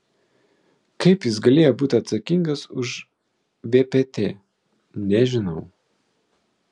kaip jis galėjo būti atsakingas už vpt nežinau